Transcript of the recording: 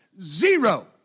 Zero